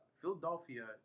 Philadelphia